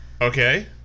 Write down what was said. Okay